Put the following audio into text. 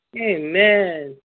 Amen